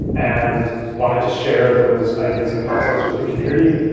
and wanting to share those ideas and concepts with the community.